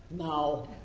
now.